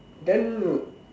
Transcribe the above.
then